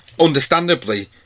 understandably